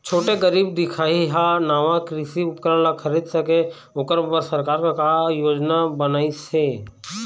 छोटे गरीब दिखाही हा नावा कृषि उपकरण ला खरीद सके ओकर बर सरकार का योजना बनाइसे?